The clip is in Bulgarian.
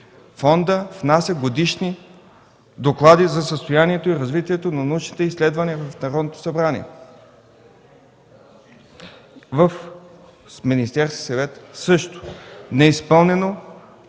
фондът внася годишни доклади за състоянието и развитието на научните изследвания в Народното събрание, в Министерския съвет също – неизпълнено